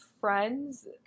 friends